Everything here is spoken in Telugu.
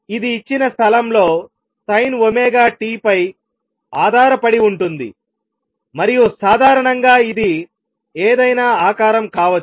ఇది ఇచ్చిన స్థలంలో సైన్ ఒమేగా t పై ఆధారపడి ఉంటుంది మరియు సాధారణంగా ఇది ఏదైనా ఆకారం కావచ్చు